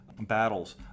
battles